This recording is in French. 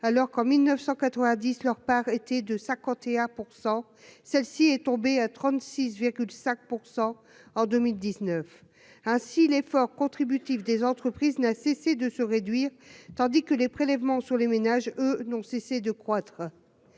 alors qu'en 1990 leur part été de 51 %, celle-ci est tombée à 36 de 5 pour 100 en 2019 ainsi l'effort contributif des entreprises n'a cessé de se réduire, tandis que les prélèvements sur les ménages n'ont cessé de croître,